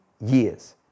years